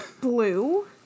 Blue